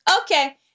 okay